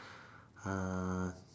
uh